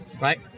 right